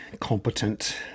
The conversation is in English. competent